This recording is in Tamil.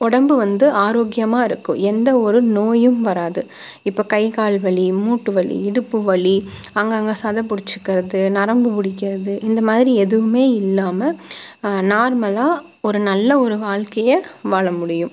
உடம்பு வந்து ஆரோக்கியமாக இருக்கும் எந்த ஒரு நோயும் வராது இப்போ கை கால் வலி மூட்டு வலி இடுப்பு வலி அங்கங்கே சதை பிடிச்சிக்கறது நரம்பு பிடிக்கிறது இந்தமாதிரி எதுவுமே இல்லாம நார்மலாக ஒரு நல்ல ஒரு வாழ்க்கையை வாழ முடியும்